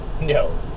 No